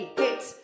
hit